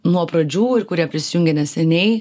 nuo pradžių ir kurie prisijungė neseniai